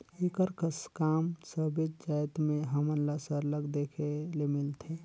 एकर कस काम सबेच जाएत में हमन ल सरलग देखे ले मिलथे